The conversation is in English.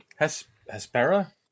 Hespera